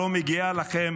לא מגיעה לכם